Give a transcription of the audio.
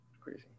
Crazy